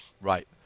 Right